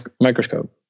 microscope